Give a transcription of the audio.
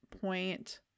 point